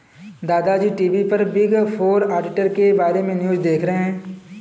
दादा जी टी.वी पर बिग फोर ऑडिटर के बारे में न्यूज़ देख रहे थे